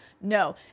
No